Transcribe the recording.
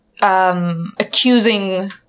Accusing